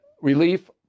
relief